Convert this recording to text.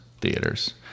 theaters